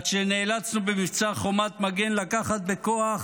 עד שנאלצנו במבצע חומת מגן לקחת בכוח